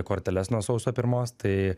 korteles nuo sausio pirmos tai